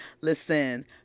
listen